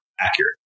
accurate